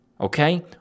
Okay